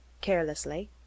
carelessly